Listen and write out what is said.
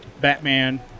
Batman